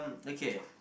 okay